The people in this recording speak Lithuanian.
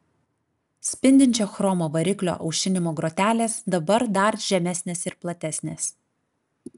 spindinčio chromo variklio aušinimo grotelės dabar dar žemesnės ir platesnės